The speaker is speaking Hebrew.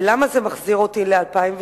ולמה זה מחזיר אותי ל-2003?